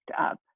up